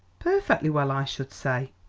perfectly well, i should say.